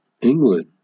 England